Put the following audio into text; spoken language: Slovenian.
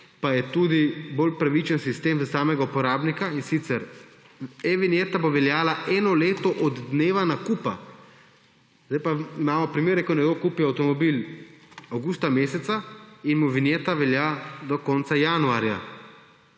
da je to bolj pravičen sistem za samega uporabnika, in sicer bo e-vinjeta veljala eno leto od dneva nakupa. Zdaj pa imamo primere, ko nekdo kupi avtomobil avgusta meseca in mu vinjeta velja do konca januarja